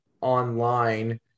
online